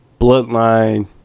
bloodline